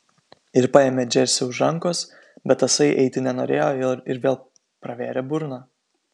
ir paėmė džersį už rankos bet tasai eiti nenorėjo ir vėl pravėrė burną